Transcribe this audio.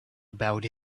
about